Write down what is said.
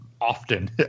often